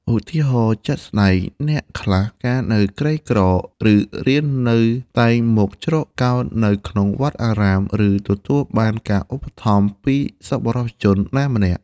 ឧទាហរណ៍ជាក់ស្ដែង អ្នកខ្លះកាលនៅក្រីក្រ ឬនៅរៀន តែងមកជ្រកកោននៅក្នុងវត្តអារាម ឬទទួលបានការឧបត្ថម្ភពីសប្បុរសជនណាម្នាក់។